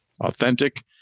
authentic